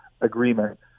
agreement